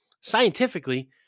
scientifically